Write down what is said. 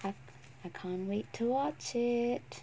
I can't wait to watch it